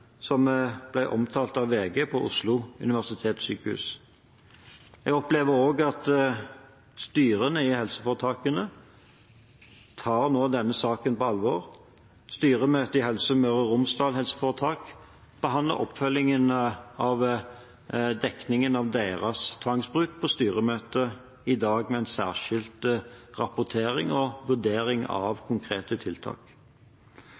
VG. Jeg opplever også at styrene i helseforetakene tar denne saken på alvor. Styret i Helse Møre og Romsdal behandler oppfølgingen av dekningen av deres tvangsbruk på styremøte i dag, med en særskilt rapportering og vurdering av konkrete tiltak.